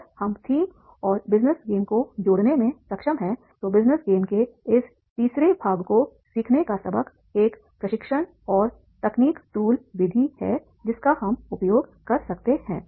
अगर हम थीम और बिजनेस गेम को जोड़ने में सक्षम हैं तो बिजनेस गेम के इस 3 भाग को सीखने का सबक एक प्रशिक्षण और तकनीक टूल विधि है जिसका हम उपयोग कर सकते हैं